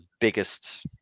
biggest